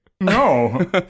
No